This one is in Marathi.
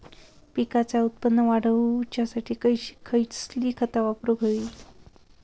पिकाचा उत्पन वाढवूच्यासाठी कसली खता वापरूक होई?